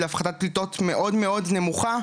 להפחתת פליטות מאוד מאוד נמוכה,